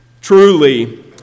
truly